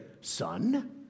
son